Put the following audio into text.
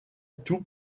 tout